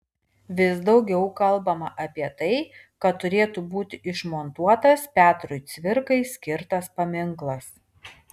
vis daugiau kalbama apie tai kad turėtų būti išmontuotas petrui cvirkai skirtas paminklas